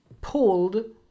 pulled